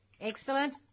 Excellent